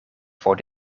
voor